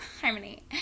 Harmony